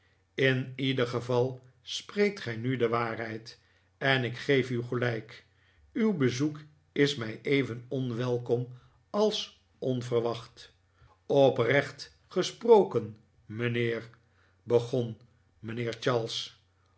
in ieder geval spreekt gij nu de waarheid en ik geef u gelijk uw bezoek is mij even onwelkom als onverwacht oprecht gesproken mijnheer beon mijnheer charles